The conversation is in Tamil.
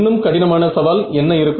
இன்னும் கடினமான சவால் என்ன இருக்கும்